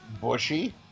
Bushy